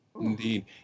Indeed